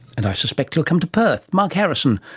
and i suspect he'll come to perth. mark harrison,